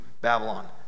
Babylon